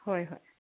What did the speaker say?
ꯍꯣꯏ ꯍꯣꯏ